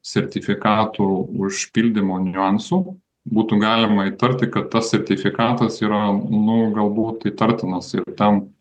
sertifikatų užpildymo niuansų būtų galima įtarti kad tas sertifikatas yra nu galbūt įtartinas ir ten